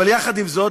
אבל יחד עם זה,